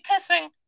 pissing